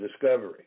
discovery